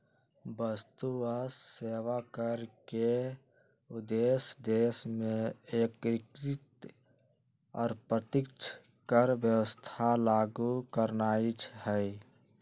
वस्तु आऽ सेवा कर के उद्देश्य देश में एकीकृत अप्रत्यक्ष कर व्यवस्था लागू करनाइ हइ